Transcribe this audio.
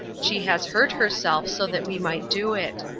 she has hurt herself so that we might do it.